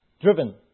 driven